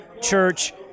church